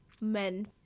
men